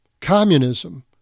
communism